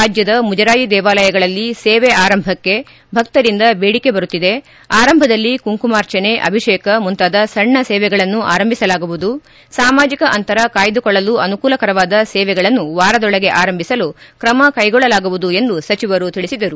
ರಾಜ್ಯದ ಮುಜರಾಯಿ ದೇವಾಲಯಗಳಲ್ಲಿ ಸೇವೆ ಆರಂಭಕ್ಕೆ ಭಕ್ತರಿಂದ ಬೇಡಿಕೆ ಬರುತ್ತಿದೆ ಆರಂಭದಲ್ಲಿ ಕುಂಕುಮಾರ್ಚನೆ ಅಭಿಷೇಕ ಮುಂತಾದ ಸಣ್ಣ ಸೇವೆಗಳನ್ನು ಆರಂಭಿಸಲಾಗುವುದು ಸಾಮಾಜಿಕ ಅಂತರ ಕಾಯ್ದುಕೊಳ್ಳಲು ಅನುಕೂಲಕರವಾದ ಸೇವೆಗಳನ್ನು ವಾರದೊಳಗೆ ಆರಂಭಿಸಲು ಕ್ರಮ ಕೈಗೊಳ್ಳಲಾಗುವುದು ಎಂದು ಸಚಿವರು ತಿಳಿಸಿದರು